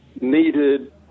needed